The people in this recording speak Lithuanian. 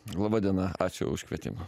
laba diena ačiū už kvietimą